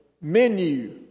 menu